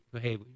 Hey